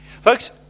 Folks